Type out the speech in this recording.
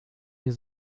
ihr